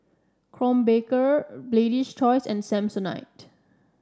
Krombacher Lady's Choice and Samsonite